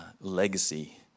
legacy